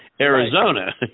Arizona